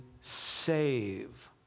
save